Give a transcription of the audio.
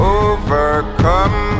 overcome